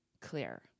clear